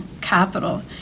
capital